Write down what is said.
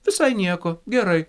visai nieko gerai